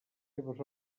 seves